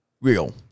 Real